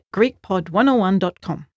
GreekPod101.com